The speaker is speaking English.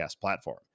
platform